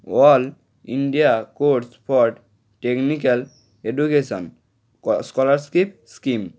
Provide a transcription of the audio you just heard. all India course for technical education ক scholarship scheme